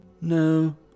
No